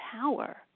power